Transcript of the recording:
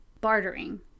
bartering